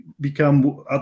become